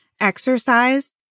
exercise